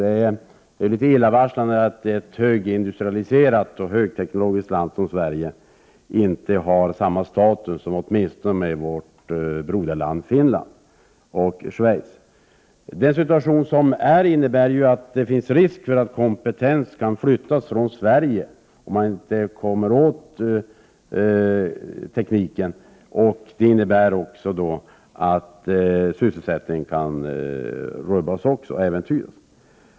Det är något illavarslande att ett högindustrialiserat och högteknologiskt land som Sverige inte har samma status som åtminstone vårt broderland Finland och Schweiz. Den situation som råder innebär att det finns risk för att kompetens flyttas från Sverige, om man inte kan få tillgång till tekniken, vilket också innebär att sysselsättningen kan äventyras.